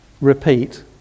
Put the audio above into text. repeat